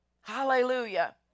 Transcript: Hallelujah